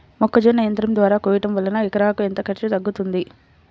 మొక్కజొన్న యంత్రం ద్వారా కోయటం వలన ఎకరాకు ఎంత ఖర్చు తగ్గుతుంది?